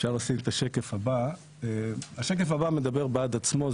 השקף הבא מדבר בעד עצמו.